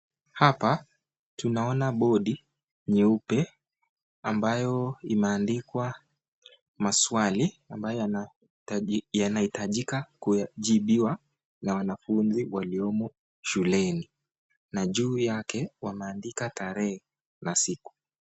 Hapa tunaona bodi nyeupe ambayo imeandikwa maswali ambayo yanaitajika kujibiwa na wanafunzi waliomo shuleni na juu yake wameandika tarehe na siku.